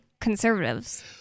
conservatives